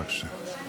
בבקשה.